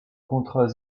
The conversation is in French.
contrat